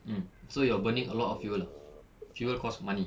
mm so you're burning a lot of fuels fuels cost money